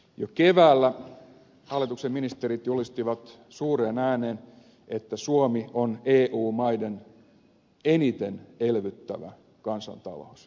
jo keväällä hallituksen ministerit julistivat suureen ääneen että suomi on eu maiden eniten elvyttävä kansantalous